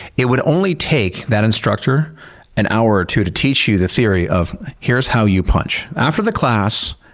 it would only take that instructor an hour or two to teach you the theory of here's how you punch after the class,